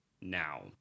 now